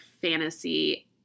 fantasy